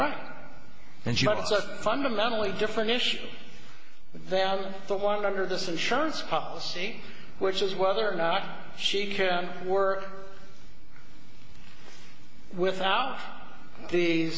right and she but it's a fundamentally different issue than the one under this insurance policy which is whether or not she care were without the